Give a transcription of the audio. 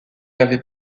avait